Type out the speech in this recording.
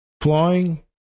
flying